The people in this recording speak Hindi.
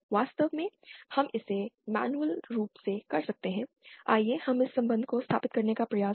वास्तव में हम इसे मैन्युअल रूप से कर सकते हैं आइए हम इस संबंध को स्थापित करने का प्रयास करें